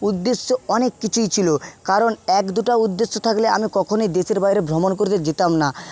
উদ্দেশ্য অনেক কিছুই ছিল কারণ এক দুটা উদ্দেশ্য থাকলে আমি কখনোই দেশের বাইরে ভ্রমণ করতে যেতাম না